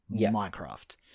Minecraft